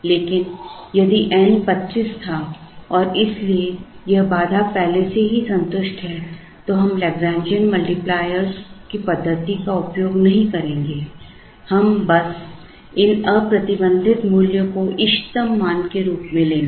लेकिन यदि N 25 था और इसलिए यह बाधा पहले से ही संतुष्ट है तो हम लैग्रैन्जियन मल्टीप्लायरों की पद्धति का उपयोग नहीं करेंगे हम बस इन अप्रतिबंधित मूल्यों को इष्टतम मान के रूप में लेंगे